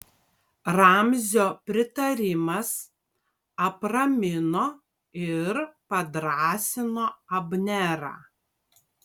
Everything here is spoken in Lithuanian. ramzio pritarimas apramino ir padrąsino abnerą